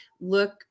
Look